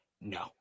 No